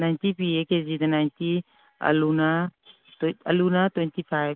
ninety ꯄꯤꯌꯦ ꯀꯦꯖꯤꯗ ninety ꯑꯂꯨꯅ ꯊ꯭ꯋꯦꯟꯇꯤ ꯐꯥꯏꯕ